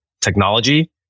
technology